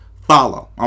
follow